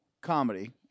comedy